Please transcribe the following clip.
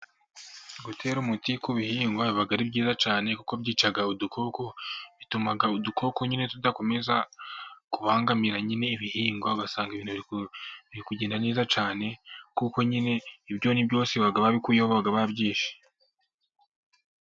Gutera umuti ku bihingwa, biba ari byiza cyane, kuko byica udukoko, bituma udukoko nyine tudakomeza kubangamira nyine ibihingwa, ugasanga ibintu biri kugenda neza cyane, kuko nyine ibyonnyi byose baba babikuyeho, baba babyishe.